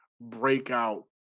breakout